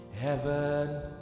heaven